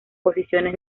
posiciones